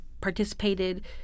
participated